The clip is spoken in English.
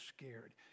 scared